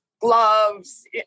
gloves